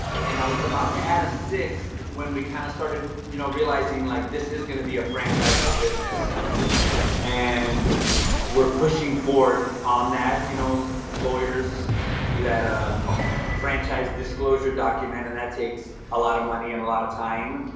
when i was was about to add a sixth, when we kind of started you know realizing, like, this is going to be a franchise of a business and we're pushing forth on that. you know, lawyers do that for and franchise disclosure document and that takes a lot of money and a lot of time.